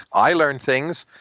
i learn things.